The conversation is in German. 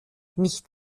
nicht